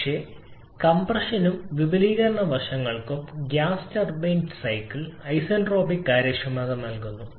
പക്ഷേ കംപ്രഷനും വിപുലീകരണ വശങ്ങൾക്കും ഗ്യാസ് ടർബൈൻ സൈക്കിൾ ഐസെൻട്രോപിക് കാര്യക്ഷമത നൽകുന്നു